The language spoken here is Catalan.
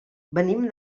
venim